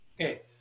okay